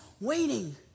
waiting